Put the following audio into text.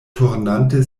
turnante